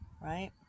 right